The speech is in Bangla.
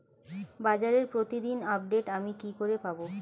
বাজারের প্রতিদিন আপডেট আমি কি করে পাবো?